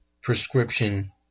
prescription